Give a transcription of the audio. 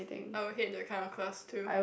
I will hate that kind of class too